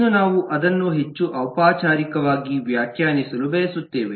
ಇನ್ನೂ ನಾವು ಅದನ್ನು ಹೆಚ್ಚು ಔಪಚಾರಿಕವಾಗಿ ವ್ಯಾಖ್ಯಾನಿಸಲು ಬಯಸುತ್ತೇವೆ